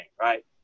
right